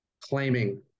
claiming